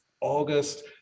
August